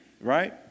right